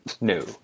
No